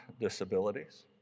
disabilities